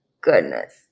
goodness